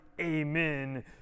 amen